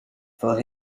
for